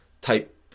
type